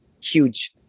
huge